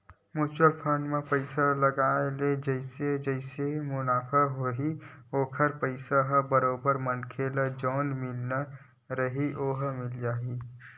mutual fund म पइसा लगाय ले जइसे जइसे मुनाफ होही ओखर पइसा ह बरोबर मनखे ल जउन मिलना रइही ओहा मिलत जाही